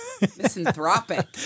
Misanthropic